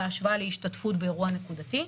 בהשוואה להשתתפות באירוע נקודתי.